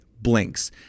blinks